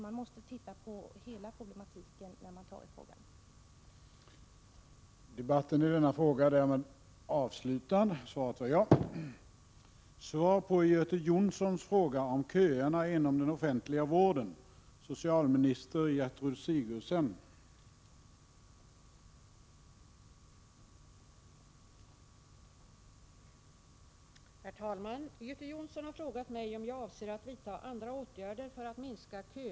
Man måste se på hela problematiken vid behandlingen av denna fråga.